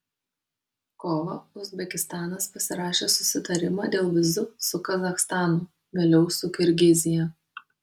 kovą uzbekistanas pasirašė susitarimą dėl vizų su kazachstanu vėliau su kirgizija